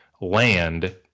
land